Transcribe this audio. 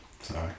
Sorry